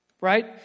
right